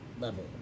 level